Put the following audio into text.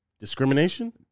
Discrimination